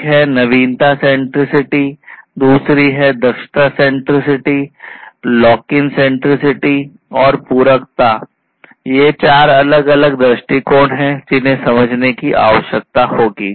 एक है नवीनता सेंट्रिसिटी ये चार अलग अलग दृष्टिकोण हैं जिन्हें समझने की आवश्यकता होगी